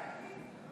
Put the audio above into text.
תוציא אותו.